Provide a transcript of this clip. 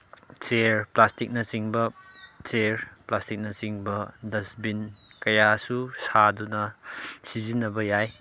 chair ꯄ꯭ꯂꯥꯁꯇꯤꯛꯅꯆꯤꯡꯕ chair ꯄ꯭ꯂꯥꯁꯇꯤꯛꯅꯆꯤꯡꯕ ꯗꯁꯕꯤꯟ ꯀꯌꯥꯁꯨ ꯁꯥꯗꯨꯅ ꯁꯤꯖꯤꯟꯅꯕ ꯌꯥꯏ